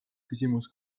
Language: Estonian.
küsimus